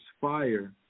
fire